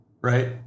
Right